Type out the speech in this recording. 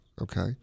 okay